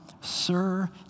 sir